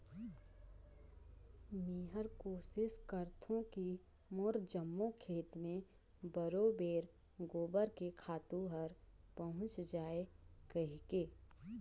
मेहर कोसिस करथों की मोर जम्मो खेत मे बरोबेर गोबर के खातू हर पहुँच जाय कहिके